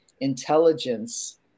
intelligence